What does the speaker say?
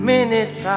Minutes